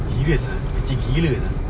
serious ah macam gilalah